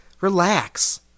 relax